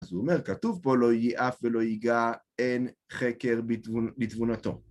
אז הוא אומר, כתוב פה, לא ייאף ולא ייגע אין חקר לתבונתו.